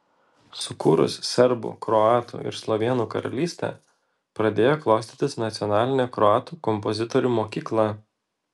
sukūrus serbų kroatų ir slovėnų karalystę pradėjo klostytis nacionalinė kroatų kompozitorių mokykla